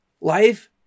Life